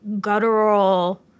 guttural